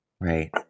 Right